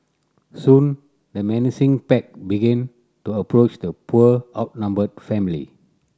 soon the menacing pack begin to approach the poor outnumbered family